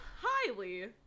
highly